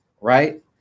Right